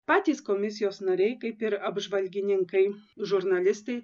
patys komisijos nariai kaip ir apžvalgininkai žurnalistai